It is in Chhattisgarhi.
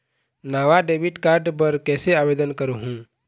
नावा डेबिट कार्ड बर कैसे आवेदन करहूं?